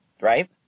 right